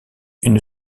une